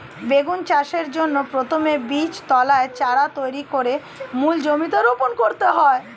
বেগুন চাষের জন্য প্রথমে বীজতলায় চারা তৈরি করে মূল জমিতে রোপণ করতে হয়